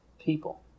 people